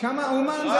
רק אומן.